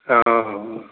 अँ